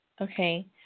okay